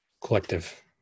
collective